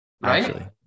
Right